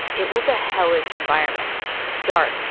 it was a hellish environment dark,